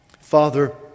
Father